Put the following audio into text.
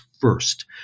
first